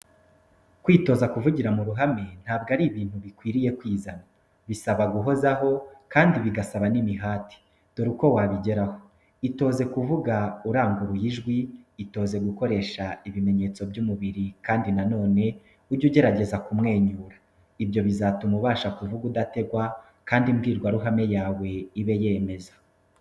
Kwitoza kuvugira mu ruhame ntabwo ari ibintu bikwiriye kwizana. Bisaba guhozaho kandi bigasaba n'imihati. Dore uko wabigeraho: itoze kuvuga uranguruye ijwi, itoze gukoresha ibimenyetso by'umubiri kandi na none, ujye ugerageza kumwenyura. Ibyo bizatuma ubasha kuvuga udategwa kandi imbwirwaruhame yawe ibe yemeza.